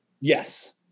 Yes